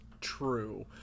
true